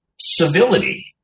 civility